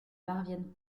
parviennent